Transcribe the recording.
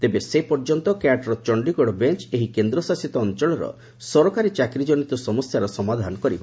ତେବେ ସେ ପର୍ଯ୍ୟନ୍ତ କ୍ୟାଟ୍ର ଚଣ୍ଡୀଗଡ଼ ବେଞ୍ଚ ଏହି କେନ୍ଦ୍ରଶାସିତ ଅଞ୍ଚଳର ସରକାରୀ ଚାକିରି ଜନିତ ସମସ୍ୟାର ସମାଧାନ କରିବ